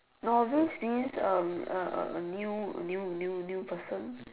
no this is a a a new new new new person